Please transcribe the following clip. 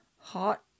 hot